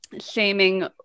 shaming